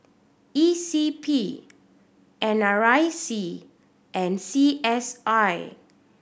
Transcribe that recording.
E C P N R IC and C S I